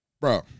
Bro